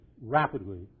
rapidly